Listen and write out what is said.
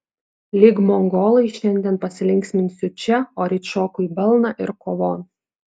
lyg mongolai šiandien pasilinksminsiu čia o ryt šoku į balną ir kovon